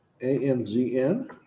A-M-Z-N